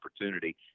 opportunity